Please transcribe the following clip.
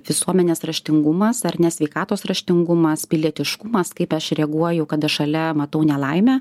visuomenės raštingumas ar ne sveikatos raštingumas pilietiškumas kaip aš reaguoju kada šalia matau nelaimę